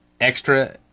extra